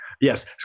yes